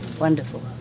Wonderful